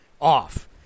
off